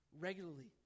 Regularly